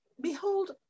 Behold